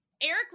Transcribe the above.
Eric